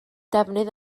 defnydd